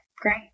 great